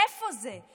איפה זה?